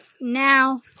now